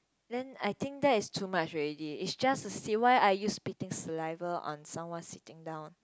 then I think that is too much already it's just a seat why are you spitting saliva on someone sitting down